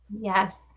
Yes